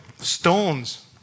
Stones